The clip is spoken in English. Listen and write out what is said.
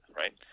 right